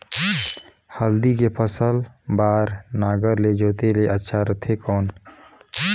हल्दी के फसल बार नागर ले जोते ले अच्छा रथे कौन?